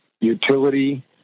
utility